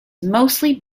mostly